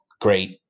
great